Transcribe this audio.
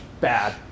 bad